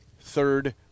Third